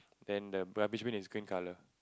then the rubbish bin is green colour